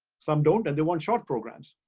some don't, and they want short programs.